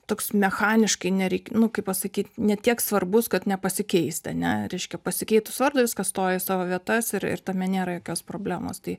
toks mechaniškai nereik nu kaip pasakyt ne tiek svarbus kad nepasikeist ane reiškia pasikeitus vardą viskas stoja į savo vietas ir ir tame nėra jokios problemos tai